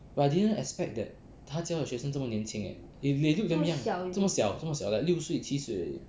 but I didn't expect that 他教的学生这么年轻 eh if they look damn young 这么小这么小 like 六岁七岁而已